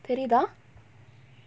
தெரிதா:therithaa